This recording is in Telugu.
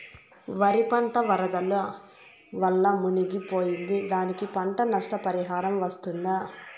వరి పంట వరదల వల్ల మునిగి పోయింది, దానికి పంట నష్ట పరిహారం వస్తుందా?